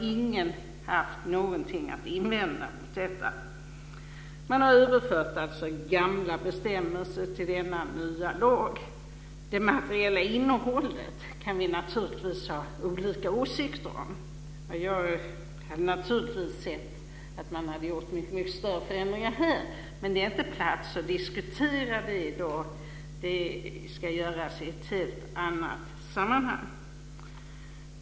Ingen har haft någonting att invända mot detta. Man har alltså överfört gamla bestämmelser till denna nya lag. Det materiella innehållet kan vi naturligtvis ha olika åsikter om. Jag hade naturligtvis gärna sett att man hade gjort mycket större förändringar här, men det är inte plats att diskutera det i dag. Det ska göras i ett helt annat sammanhang.